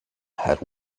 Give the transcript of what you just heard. had